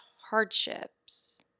hardships